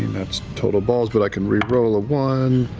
that's total balls, but i can re-roll a one.